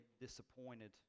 disappointed